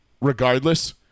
regardless